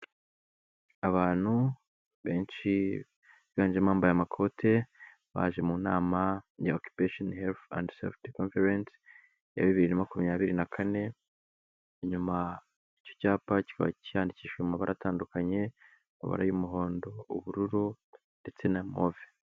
Abantu benshi, biganjemo abambaye amakoti. Baje mu nama ya Occupation Health and Safety Conference ya bibiri na makumyabiri na kane, inyuma icyo cyapa kikaba cyandikishije mu mabara atandukanye. Amabara y'umuhondo, ubururu ndetse na move.